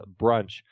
brunch –